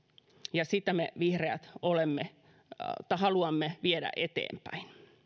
ja sitä me vihreät haluamme viedä eteenpäin